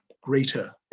greater